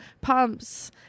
pumps